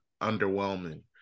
underwhelming